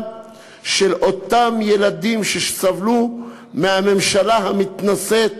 של אותם ילדים שסבלו מהממשלה המתנשאת,